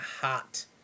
hot